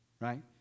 Right